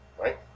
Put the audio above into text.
right